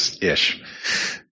ish